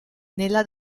nella